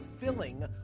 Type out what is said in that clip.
filling